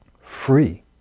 free